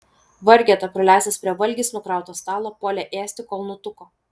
vargeta prileistas prie valgiais nukrauto stalo puolė ėsti kol nutuko